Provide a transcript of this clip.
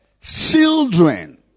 Children